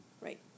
Right